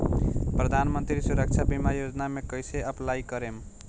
प्रधानमंत्री सुरक्षा बीमा योजना मे कैसे अप्लाई करेम?